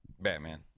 Batman